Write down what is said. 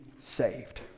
saved